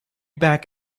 back